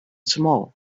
small